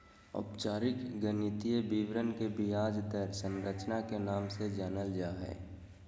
औपचारिक गणितीय विवरण के ब्याज दर संरचना के नाम से जानल जा हय